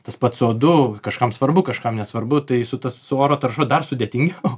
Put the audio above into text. tas pats c o du kažkam svarbu kažkam nesvarbu tai su ta su oro tarša dar sudėtingiau